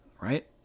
right